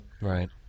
Right